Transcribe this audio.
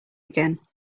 again